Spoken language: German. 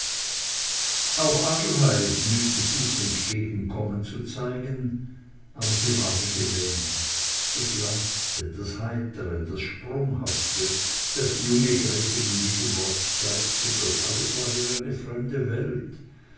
auch adelheid mühte sich entgegenkommen zu zeigen aber sie war wie gelähmt das leichte das heitre das sprunghafte das die junge gräfin in jedem wort zeigte das alles war ihr eine fremde welt